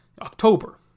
October